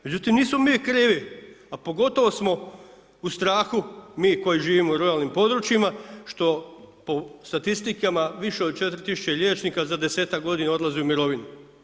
Međutim, nismo mi krivi, a pogotovo smo u strahu, mi koji živimo u ruralnim područjima, što po statistikama, više od 4000 liječnika, za 10-tak g. odlazi u mirovinu.